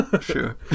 sure